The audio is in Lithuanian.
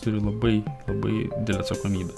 turi labai labai didelę atsakomybę